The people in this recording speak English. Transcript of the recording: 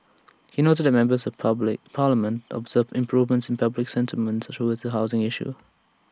he noted that members of public parliament observed improvements in public sentiments towards the housing issues